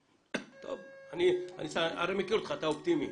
אני הרי מכיר אותך, אתה אופטימי.